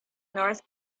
north